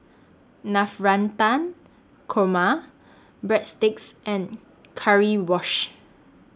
Navratan Korma Breadsticks and Currywurst